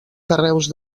carreus